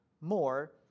more